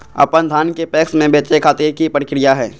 अपन धान के पैक्स मैं बेचे खातिर की प्रक्रिया हय?